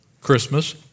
Christmas